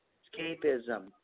escapism